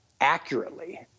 accurately